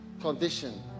condition